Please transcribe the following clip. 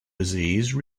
disease